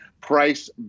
Price